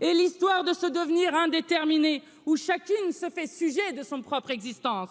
et l'histoire de ce devenir indéterminée où chacune se fait sujet de son propre existence.